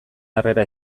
harrera